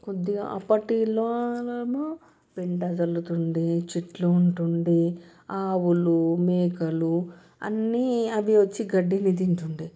కొద్దిగా అప్పటిలో ఏమో పెంట చల్లుతుండే చెట్లు ఉంటు ఉండే ఆవులు మేకలు అన్నీ అవి వచ్చి గడ్డిని తింటుండే